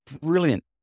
brilliant